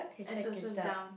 it's also down